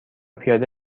پیاده